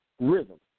rhythm